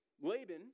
Laban